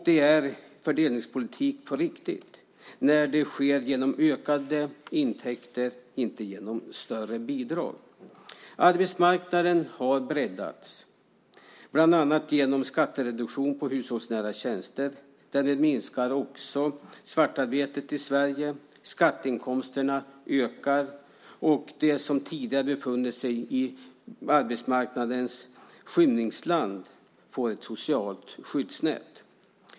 Det är fördelningspolitik på riktigt när det sker genom ökade intäkter och inte genom större bidrag. Arbetsmarknaden har breddats, bland annat genom skattereduktion på hushållsnära tjänster. Därmed minskar också svartarbetet i Sverige. Skatteinkomsterna ökar, och de som tidigare befunnit sig i arbetsmarknadens skymningsland får ett socialt skydd.